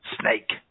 Snake